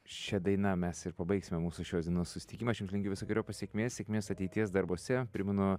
šia daina mes ir pabaigsime mūsų šios dienos susitikimą linkiu visokeriopos sėkmės sėkmės ateities darbuose primenu